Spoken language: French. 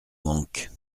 manque